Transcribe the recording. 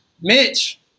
Mitch